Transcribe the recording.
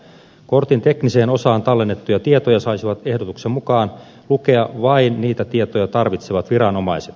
kortin tekniseen osaan tallennettuja tietoja saisivat ehdotuksen mukaan lukea vain niitä tietoja tarvitsevat viranomaiset